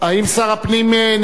אני לא